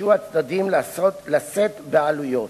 נדרשו הצדדים לשאת בעלויות.